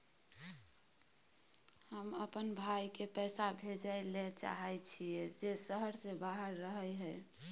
हम अपन भाई के पैसा भेजय ले चाहय छियै जे शहर से बाहर रहय हय